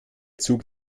zug